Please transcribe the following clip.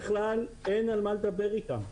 בכלל אין על מה לדבר איתם.